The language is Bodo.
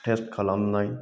टेस्ट खालामनाय